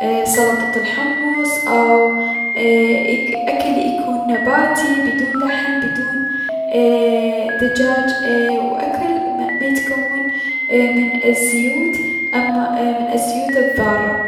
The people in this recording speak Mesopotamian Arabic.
ايي- سلطة الحمص او اي- اكل يكون نباتي بدون لحم بدون ايي- دجاج ايي- و اكل ميتكون من الزيوت من الزيوت الضارة.